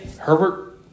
Herbert